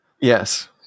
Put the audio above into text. Yes